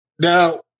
Now